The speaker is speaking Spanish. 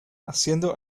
haciendo